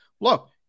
Look